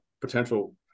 potential